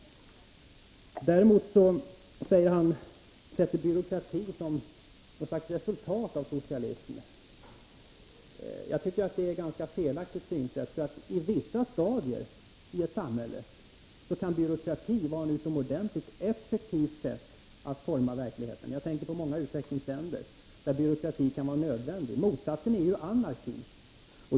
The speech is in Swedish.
Pär Granstedt gör byråkratin till något slags resultat av socialism. Jag tycker att det är ett felaktigt synsätt. På vissa stadier i ett samhälles utveckling kan byråkrati vara ett utomordentligt effektivt sätt att forma verkligheten — jag tänker på många utvecklingsländer, där byråkrati kan vara nödvändig. Motsatsen är ju anarki.